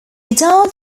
adult